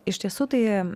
iš tiesų tai